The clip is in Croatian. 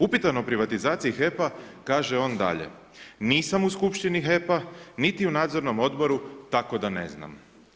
Upitan o privatizaciji HEP-a kaže on dalje: nisam u skupštini HEP-a niti u nadzornom odboru, tako da ne znam.